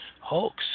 hoax